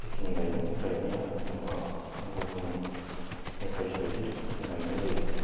जिखिनि गायदों बे गायनाया जेन'बा गुबुननि एडभाइस बायदि गायनाय जायो